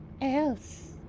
else